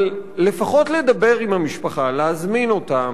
אבל לפחות, לדבר עם המשפחה, להזמין אותם.